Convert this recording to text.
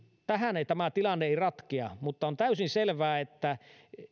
tähän tämä tilanne ei ratkea mutta on täysin selvää että